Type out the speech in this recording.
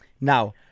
Now